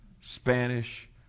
Spanish